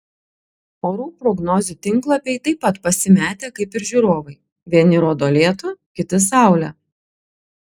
orų prognozių tinklapiai taip pat pasimetę kaip ir žiūrovai vieni rodo lietų kiti saulę